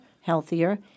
healthier